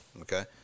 okay